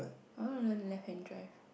I want to learn left hand drive